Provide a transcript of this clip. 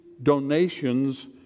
donations